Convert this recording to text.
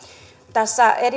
tässä